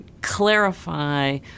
clarify